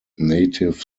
native